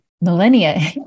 millennia